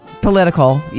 political